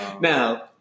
Now